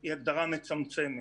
היא הגדרה מצמצמת,